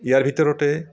ইয়াৰ ভিতৰতে